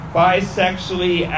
bisexually